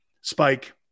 Spike